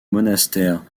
monastère